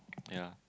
yeah